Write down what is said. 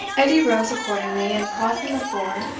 edie rose accordingly, and, crossing the floor,